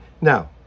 Now